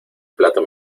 plato